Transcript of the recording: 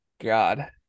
god